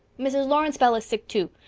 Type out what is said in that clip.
mrs. lawrence bell is sick to.